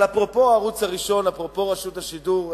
אבל אפרופו הערוץ הראשון, אפרופו רשות השידור,